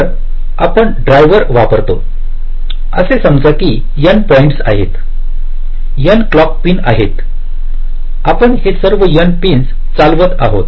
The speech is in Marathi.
तर आपण ड्रायव्हर वापरतो असे समजा की N पॉइंट्स आहेत N क्लॉक पिन आहेत आपण हे सर्व N पिंस चालवत आहोत